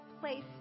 place